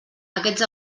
aquests